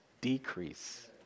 decrease